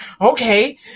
okay